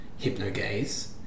hypnogaze